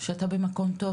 כי אתה במקום טוב,